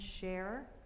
share